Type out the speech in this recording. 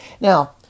Now